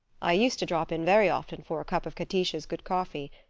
i used to drop in very often for a cup of catiche's good coffee.